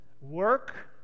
Work